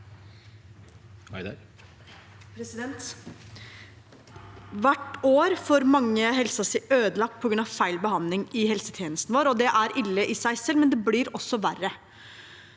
Hvert år får mange hel- sen sin ødelagt på grunn av feil behandling i helsetjenesten vår. Det er ille i seg selv, men det blir også verre,